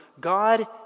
God